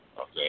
Okay